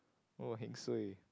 oh heng suay